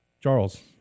Charles